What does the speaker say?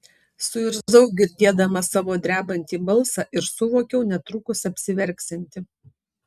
suirzau girdėdama savo drebantį balsą ir suvokiau netrukus apsiverksianti